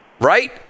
Right